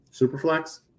Superflex